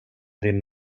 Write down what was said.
din